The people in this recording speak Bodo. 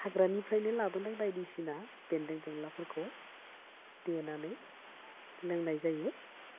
हाग्रानिफ्रायनो लाबोनाय बायदिसिना बेन्दों बेंलाफोरखौ देनानै लोंनाय जायो